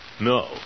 no